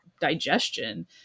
digestion